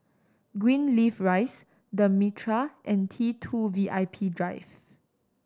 Greenleaf Rise The Mitraa and T Two V I P Drive